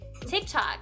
TikTok